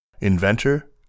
inventor